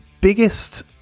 biggest